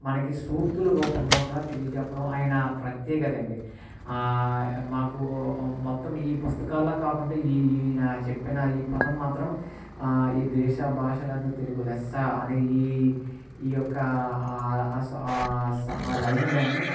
మనకి సూక్తుల రూపంలో కూడా తెలియజేప్పడం ఆయన ప్రత్యేకత అండి మాకు మొత్తం ఈ పుస్తకాల్లో కాకుండా ఈ ఈయన చెప్పిన ఈ పదం మాత్రం ఈ దేశ భాషలందు తెలుగు లెస్స అని ఈ ఈ యొక్క ఆ ఆ లైన్ గాని